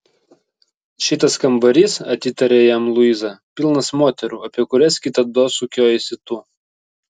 šitas kambarys atitarė jam luiza pilnas moterų apie kurias kitados sukiojaisi tu